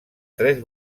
tres